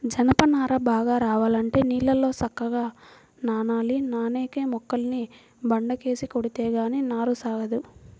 జనప నార బాగా రావాలంటే నీళ్ళల్లో సక్కంగా నానాలి, నానేక మొక్కల్ని బండకేసి కొడితే గానీ నార సాగదు